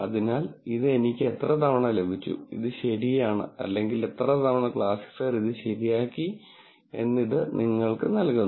അതിനാൽ ഇത് എനിക്ക് എത്ര തവണ ലഭിച്ചു അത് ശരിയാണ് അല്ലെങ്കിൽ എത്ര തവണ ക്ലാസിഫയർ അത് ശരിയാക്കി എന്ന് ഇത് നിങ്ങൾക്ക് നൽകുന്നു